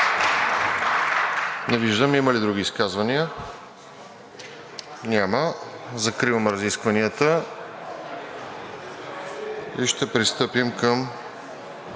Не виждам. Има ли други изказвания? Няма. Закривам разискванията и ще пристъпим към